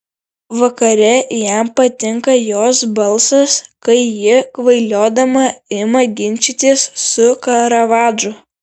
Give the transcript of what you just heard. vakare jam patinka jos balsas kai ji kvailiodama ima ginčytis su karavadžu